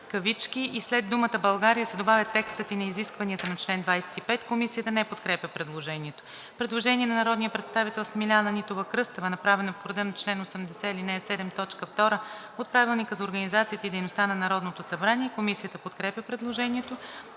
знак „.“ и след числото „ 1“ се добавя текстът „и на изискванията на чл. 25“ Комисията не подкрепя предложението. Предложение на народния представител Смиляна Нитова-Кръстева, направено по реда на чл. 80, ал. 7, т. 2 от Правилника за организацията и дейността на Народното събрание. Комисията подкрепя предложението.